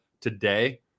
today